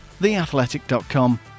theathletic.com